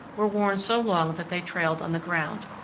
were worn so long that they trailed on the ground.